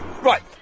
Right